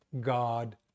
God